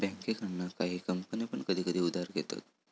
बँकेकडना काही कंपने पण कधी कधी उधार घेतत